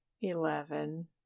Eleven